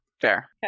Fair